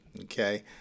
okay